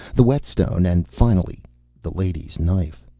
the whetstone, and finally the lady's knife.